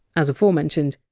as aforementioned,